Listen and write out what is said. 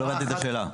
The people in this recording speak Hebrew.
לא הבנתי את השאלה.